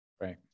Right